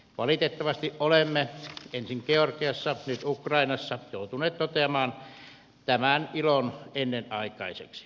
valitettavasti olemme ensin georgiassa nyt ukrainassa joutuneet toteamaan tämän ilon ennenaikaiseksi